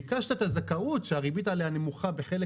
ביקשת את הזכאות שהריבית עליה נמוכה בחלק